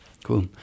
Cool